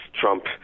Trump –